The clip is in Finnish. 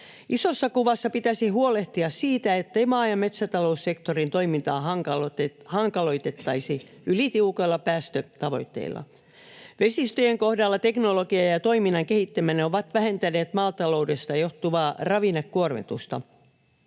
Isossa kuvassa pitäisi huolehtia siitä, ettei maa- ja metsätaloussektorin toimintaa hankaloitettaisi ylitiukoilla päästötavoitteilla. Vesistöjen kohdalla teknologia ja toiminnan kehittäminen ovat vähentäneet maataloudesta johtuvaa ravinnekuormitusta.